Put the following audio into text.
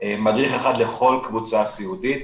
מדריך אחד לכל קבוצה סיעודית,